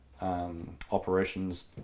operations